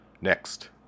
Next